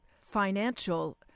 financial